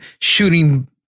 shooting